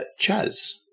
Chaz